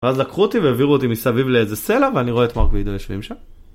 ואז לקחו אותי והעבירו אותי מסביב לאיזה סלע, ואני רואה את מארק ועידו יושבים שם.